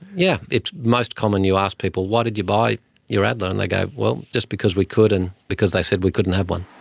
yeah. it's most common you ask people, why did you buy your adler? and they go, well, just because we could and because they said we couldn't have one.